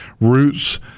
Roots